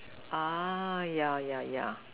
ah ya ya ya